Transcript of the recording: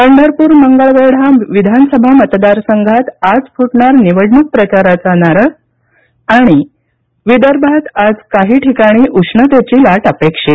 पंढरपूर मंगळवेढा विधानसभा मतदारसंघात आज फुटणार निवडणूक प्रचाराचा नारळ आणि विदर्भात आज काही ठिकाणी उष्णतेची लाट अपेक्षित